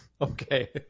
Okay